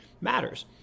matters